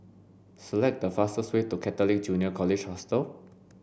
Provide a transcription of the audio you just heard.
select the fastest way to Catholic Junior College Hostel